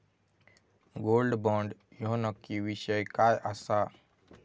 Gold bond ह्यो नक्की विषय काय आसा?